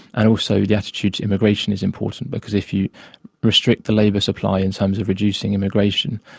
and also the attitude to immigration is important, because if you restrict the labour supply in terms of reducing immigration,